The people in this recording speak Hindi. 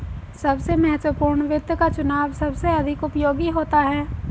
सबसे महत्वपूर्ण वित्त का चुनाव सबसे अधिक उपयोगी होता है